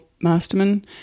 Masterman